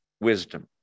wisdom